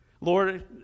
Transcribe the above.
Lord